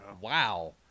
Wow